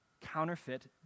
counterfeit